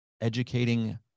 educating